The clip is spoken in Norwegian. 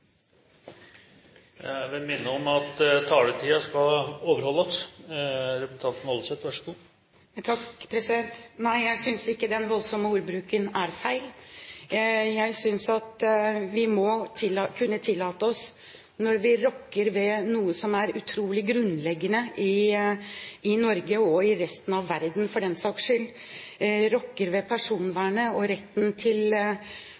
jeg gjerne spørre representanten Woldseth om ikke denne voldsomme ordbruken egentlig er litt feil? Presidenten vil minne om at taletiden skal overholdes. Nei, jeg synes ikke at den voldsomme ordbruken er feil. Jeg synes vi må kunne tillate oss det når vi rokker ved noe som er utrolig grunnleggende i Norge og i resten av verden, for den saks skyld, rokker ved personvernet og retten til